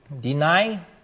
deny